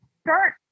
start